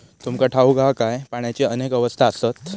तुमका ठाऊक हा काय, पाण्याची अनेक अवस्था आसत?